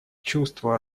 чувства